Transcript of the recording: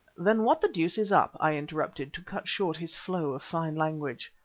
then what the deuce is up? i interrupted, to cut short his flow of fine language.